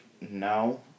no